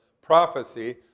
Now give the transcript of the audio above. prophecy